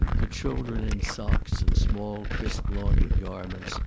the children in socks and small crisp-laundered garments,